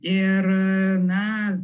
ir na